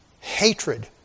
hatred